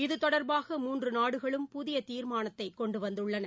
இதுதொடர்பாக மூன்றுநாடுகளும் புதியதீர்மானத்தைகொண்டுவந்துள்ளன